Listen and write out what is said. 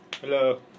Hello